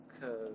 Cause